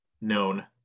known